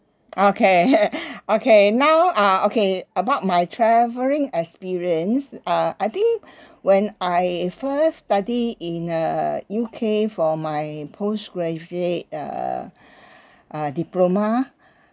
okay okay now uh okay about my travelling experience uh I think when I first study in uh U_K for my postgraduate err uh diploma